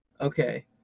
Okay